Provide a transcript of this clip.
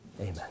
Amen